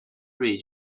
read